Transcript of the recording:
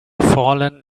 fallen